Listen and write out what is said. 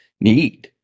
need